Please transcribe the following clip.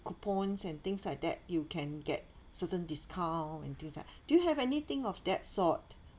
coupons and things like that you can get certain discount and things like that do you have anything of that sort